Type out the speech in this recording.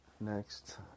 next